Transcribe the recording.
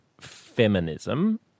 feminism